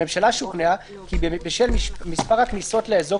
הממשלה שוכנעה כי בשל מספר הכניסות לאזור